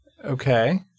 Okay